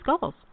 goals